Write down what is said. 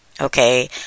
Okay